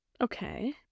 Okay